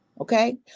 Okay